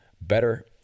better